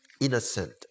innocent